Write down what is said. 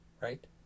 right